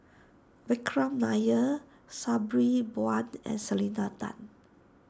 Vikram Nair Sabri Buand and Selena Tan